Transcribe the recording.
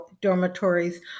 dormitories